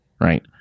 right